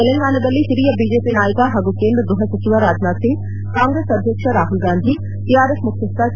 ತೆಲಂಗಾಣದಲ್ಲಿ ಹಿರಿಯ ಬಿಜೆಪಿ ನಾಯಕ ಮತ್ತು ಕೇಂದ್ರ ಗೃಹ ಸಚಿವ ರಾಜ್ನಾಥ್ ಸಿಂಗ್ ಕಾಂಗ್ರೆಸ್ ಅಧ್ಯಕ್ಷ ರಾಹುಲ್ ಗಾಂಧಿ ಟಿಆರ್ಎಸ್ ಮುಖ್ಯಸ್ದ ಕೆ